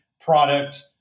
product